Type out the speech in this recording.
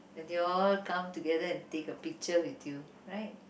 and they all come together and take a picture with you right